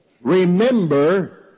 Remember